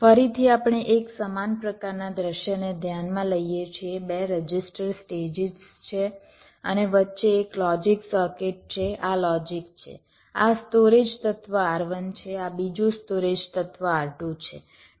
ફરીથી આપણે એક સમાન પ્રકારનાં દૃશ્યને ધ્યાનમાં લઈએ છીએ બે રજિસ્ટર સ્ટેજીસ છે અને વચ્ચે એક લોજિક સર્કિટ છે આ લોજિક છે આ સ્ટોરેજ તત્વ R1 છે આ બીજો સ્ટોરેજ તત્વ R2 છે